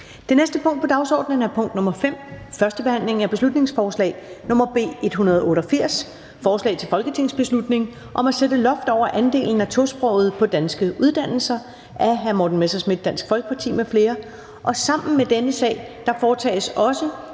Det næste punkt på dagsordenen er: 5) 1. behandling af beslutningsforslag nr. B 188: Forslag til folketingsbeslutning om at sætte loft over andelen af tosprogede på danske uddannelser. Af Morten Messerschmidt (DF) m.fl. (Fremsættelse 03.03.2021). Sammen med dette punkt foretages: